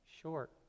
short